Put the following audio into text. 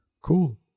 cool